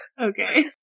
Okay